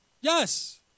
Yes